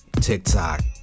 TikTok